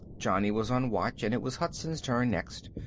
johnny was on watch, and it was hudson's turn next,